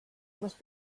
must